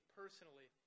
personally